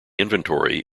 inventory